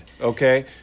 okay